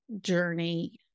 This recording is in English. journey